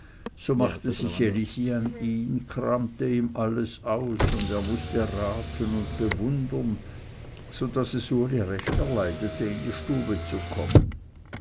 so machte sich elisi an ihn kramte ihm alles aus und er mußte raten und bewundern so daß es uli recht erleidete in die stube zu kommen